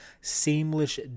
Seamless